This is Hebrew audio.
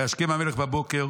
וישכם המלך בבוקר